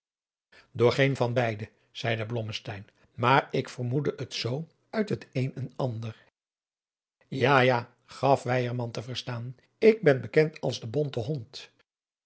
door geen van beide zeî adriaan loosjes pzn het leven van johannes wouter blommesteyn blommesteyn maar ik vermoedde het zoo uit het een en ander ja ja gaf weyerman te verstaan ik ben bekend als de bonte hond